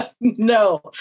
No